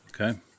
Okay